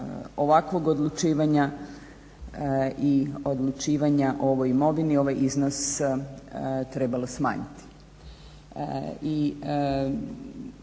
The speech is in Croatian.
ovakvog odlučivanja i odlučivanja o ovoj imovini ovaj iznos trebalo smanjiti,